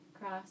cross